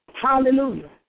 Hallelujah